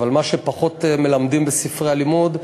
אבל מה שפחות מלמדים בספרי הלימוד,